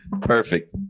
perfect